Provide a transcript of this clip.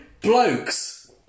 blokes